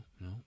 no